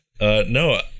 No